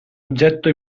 oggetto